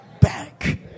back